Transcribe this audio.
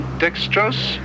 dextrose